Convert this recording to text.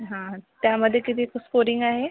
हां हां त्यामध्ये कितीचं स्कोरिंग आहे